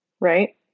right